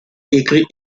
écrit